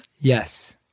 Yes